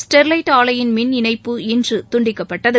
Sterlite ஆலையின் மின் இணைப்பு இன்று துண்டிக்கப்பட்டது